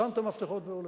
שם את המפתחות והולך.